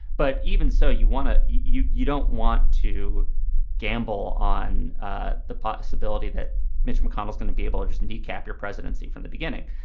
but even so, you want to you you don't want to gamble on ah the possibility that mitch mcconnell is going to be able to just kneecap your presidency from the beginning.